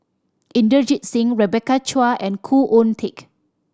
Inderjit Singh Rebecca Chua and Khoo Oon Teik